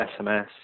SMS